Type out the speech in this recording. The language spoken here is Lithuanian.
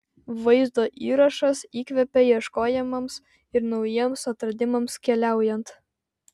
vaizdo įrašas įkvepia ieškojimams ir naujiems atradimams keliaujant